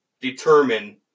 determine